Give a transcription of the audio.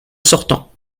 sortant